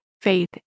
faith